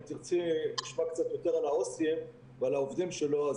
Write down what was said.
אם תרצי נשמע קצת יותר על העו"סים ועל העובדים שלו.